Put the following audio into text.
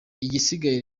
igisigaye